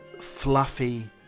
fluffy